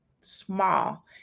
small